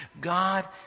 God